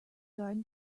garden